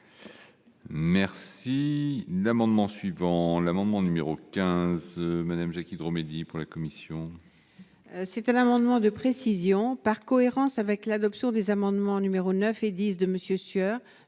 Merci d'amendements suivants : l'amendement numéro 15 madame Jacques Hydro-Mehdi pour la Commission. C'est un amendement de précision par cohérence avec l'adoption des amendements numéro 9 et 10 de monsieur Sueur